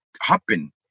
happen